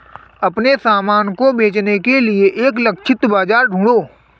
अपने सामान को बेचने के लिए एक लक्षित बाजार ढूंढो